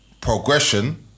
progression